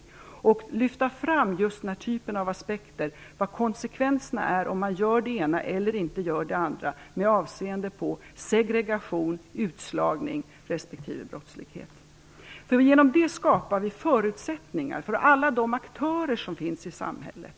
Man kommer att lyfta fram aspekter av typen vilka konsekvenserna blir av att göra det ena eller inte göra det andra med avseende på segregation, utslagning respektive brottslighet. Genom detta skapar vi förutsättningar för alla de aktörer som finns i samhället.